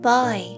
Boy